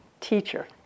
teacher